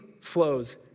flows